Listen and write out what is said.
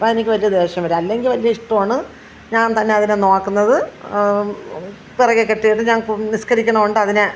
അപ്പം എനിക്ക് വലിയ ദേഷ്യം വരും അല്ലെങ്കിലെനിക്ക് വലിയ ഇഷ്ടമാണ് ഞാൻ തന്നെ അതിനെ നോക്കുന്നത് പുറകെ കെട്ടിയിടും ഞാൻ നിസ്കരിക്കണതു കൊണ്ട് അതിനെ